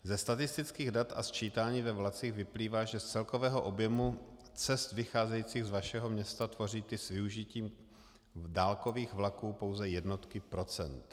Ze statistických dat a sčítání ve vlacích vyplývá, že z celkového objemu cest vycházejících z vašeho města tvoří ty s využitím dálkových vlaků pouze jednotky procent.